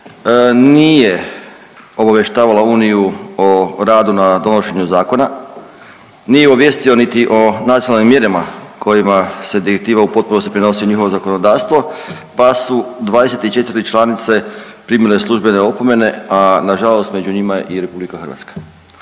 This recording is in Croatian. nije obavještavala Uniju o radu na donošenju zakona, nije obavijestio niti o nacionalnim mjerama kojima se direktiva u potpunosti prenosi u njihovo zakonodavstvo, pa su 24 članice primile službene opomene, a nažalost među njima je i RH. Tako